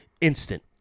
instant